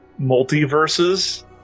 Multiverses